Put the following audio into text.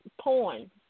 porn